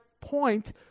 point